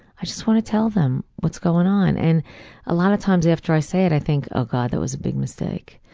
i just want to tell them what's going on. and a lot of times after i say it i think oh god, that was a big mistake',